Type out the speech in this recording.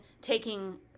taking